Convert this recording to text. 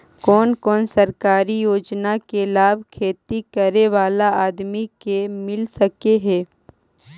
कोन कोन सरकारी योजना के लाभ खेती करे बाला आदमी के मिल सके हे?